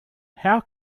how